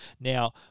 Now